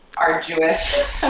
arduous